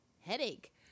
headache